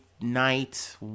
night